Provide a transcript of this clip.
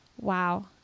Wow